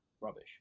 rubbish